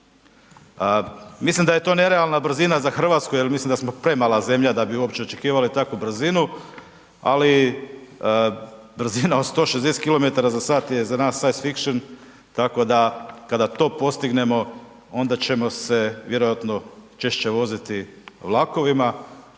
Mislim da je to nerealna brzina za Hrvatsku jer mislim da smo premala zemlja da bi uopće očekivali takvu brzinu, ali brzina od 160 km za sat je za nas science fiction tako da kad to postignemo onda ćemo se vjerojatno češće voziti vlakovima,